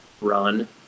run